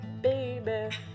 baby